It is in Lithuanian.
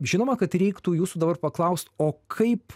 žinoma kad reiktų jūsų dabar paklaust o kaip